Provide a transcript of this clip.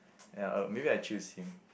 uh maybe I'd choose him